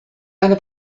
eine